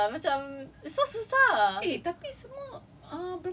we just like no confidence ah macam it's so susah